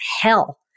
hell